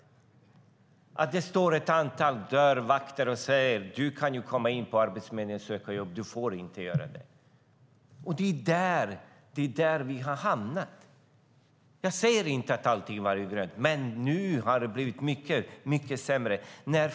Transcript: Det kan inte stå ett antal dörrvakter där som säger: Du får komma in på Arbetsförmedlingen och söka jobb, men du får inte göra det. Det är där vi har hamnat. Jag säger inte att allting har varit grönt, men nu har det blivit mycket sämre.